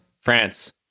France